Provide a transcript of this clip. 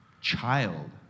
child